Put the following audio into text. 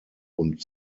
und